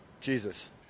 Jesus